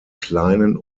kleinen